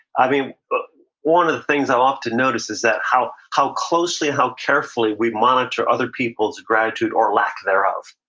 i mean one of the things i'll often notice is that how how closely and how carefully we monitor other people's gratitude or lack thereof.